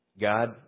God